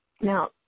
Now